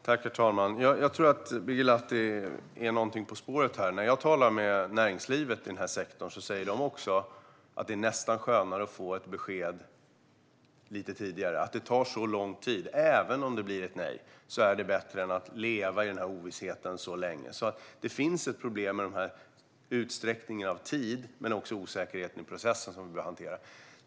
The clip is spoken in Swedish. Herr talman! Jag tror att Birger Lahti är någonting på spåret. När jag talar med näringslivet i denna sektor säger de att det nästan är skönare att få ett besked lite tidigare än att det tar så lång tid. Även om det blir ett nej är det bättre än att leva så länge i ovisshet. Det finns ett problem med utsträckningen i tid och osäkerhet i processen, vilket vi bör hantera.